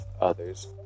others